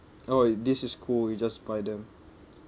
oh this is cool you just buy them